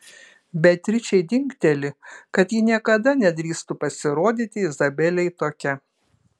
beatričei dingteli kad ji niekada nedrįstų pasirodyti izabelei tokia